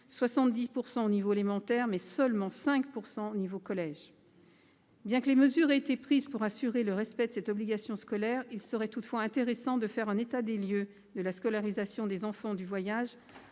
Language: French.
70 % au niveau élémentaire, et de seulement 5 % au niveau du collège. Bien que des mesures aient été prises pour assurer le respect de l'obligation scolaire, il serait intéressant de faire un état des lieux de la scolarisation des enfants du voyage,